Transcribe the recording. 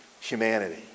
humanity